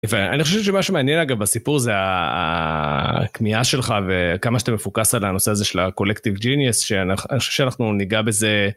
אני חושב שמשהו מעניין אגב בסיפור זה הכניעה שלך וכמה שאתה מפוקס על הנושא הזה של הקולקטיב ג'יניאס שאנחנו ניגע בזה.